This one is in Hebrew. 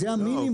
זה המינימום.